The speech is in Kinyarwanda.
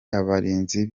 abarinzi